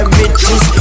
riches